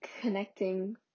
connecting